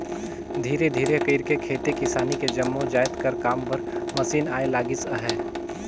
धीरे धीरे कइरके खेती किसानी के जम्मो जाएत कर काम बर मसीन आए लगिस अहे